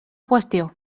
qüestió